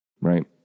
Right